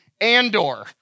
Andor